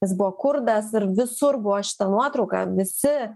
jis buvo kurdas ir visur buvo šita nuotrauka visi